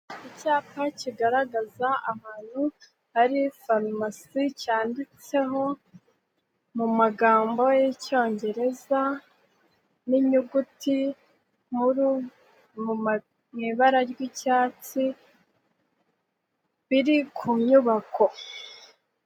Icyapa kigaragaza ahantu hari farumasi, cyanditseho mu magambo y'icyongereza n'inyuguti nkuru mu ibara ry'icyatsi biri ku nyubako.